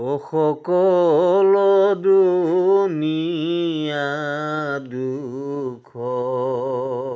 অ' সকলো দুনীয়া দুখ